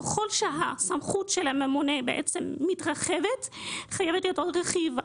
ככל שהסמכות של הממונה מתרחשת חייב להיות עוד רכיב.